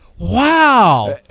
Wow